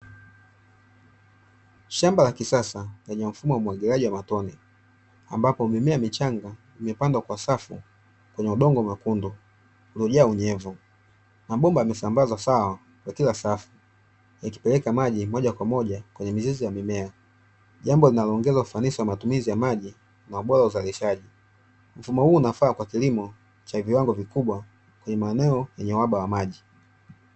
Shamba la kisasa lenye mfumo wa umwagiliaji wa matone, ambapo mimea michanga imepandwa kwa safu kwenye udongo mwekundu uliojaa unyevu. Mabomba yamesambazwa sawa kwa kila safu, yakipeleka maji moja kwa moja kwenye mizizi ya mimea. Jambo linaloongeza ufanisi wa matumizi ya maji na ubora wa uzalishaji. Mfumo huu unafaa kwa kilimo cha viwango vikubwa kwenye maeneo yenye uhaba wa maji.